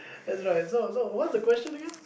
that's right so so what's the question again